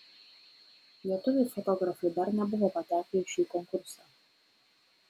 lietuviai fotografai dar nebuvo patekę į šį konkursą